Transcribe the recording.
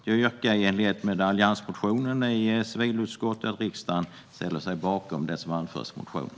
Jag yrkar i enlighet med alliansmotionen i civilutskottet att riksdagen ställer sig bakom det som anförs i motionen.